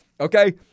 okay